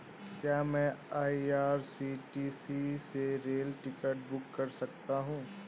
क्या मैं आई.आर.सी.टी.सी से रेल टिकट बुक कर सकता हूँ?